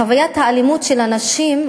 חוויית האלימות של הנשים,